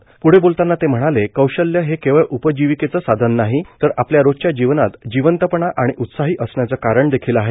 प्ढे बोलतांना ते म्हणाले कौशल्ये हे केवळ उपजीविकेचं साधन नाही तर आपल्या रोजच्या जीवनात जीवंतपणा आणि उत्साही असण्याचं कारण देखील आहे